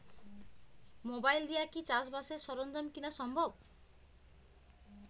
Mobile দিয়া কি চাষবাসের সরঞ্জাম কিনা সম্ভব?